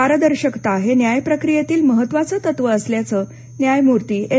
पारदर्शकता हे न्याय प्रक्रियेतील महत्त्वाचं तत्व असल्याचं न्यायमूर्ती एन